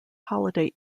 holiday